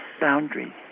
boundaries